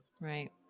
Right